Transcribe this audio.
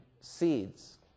seeds